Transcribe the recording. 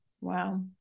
Wow